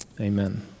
Amen